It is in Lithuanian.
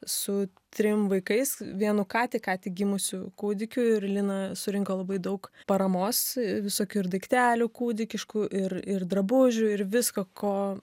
su trim vaikais vienu ką tik ką tik gimusiu kūdikiu ir lina surinko labai daug paramos visokių ir daiktelių kūdikiškų ir ir drabužių ir visko ko